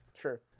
Sure